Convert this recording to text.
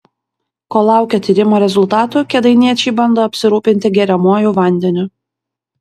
kol laukia tyrimo rezultatų kėdainiečiai bando apsirūpinti geriamuoju vandeniu